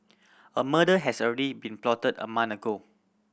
a murder has already been plotted a man ago